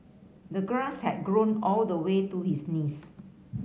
the grass had grown all the way to his knees